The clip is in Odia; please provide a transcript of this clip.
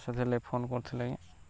ସେଥିଲାଗି ଫୋନ୍ କରିଥିଲି ଆଜ୍ଞା